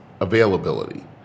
availability